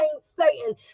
Satan